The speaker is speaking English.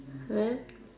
what